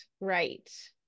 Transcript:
right